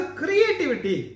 creativity